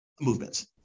movements